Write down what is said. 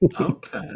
Okay